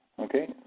Okay